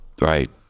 Right